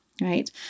right